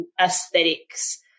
aesthetics